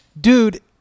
Dude